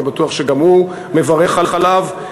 אני בטוח שגם הוא מברך עליו,